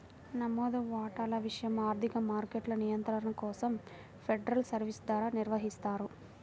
నమోదు వాటాల విషయం ఆర్థిక మార్కెట్ల నియంత్రణ కోసం ఫెడరల్ సర్వీస్ ద్వారా నిర్వహిస్తారు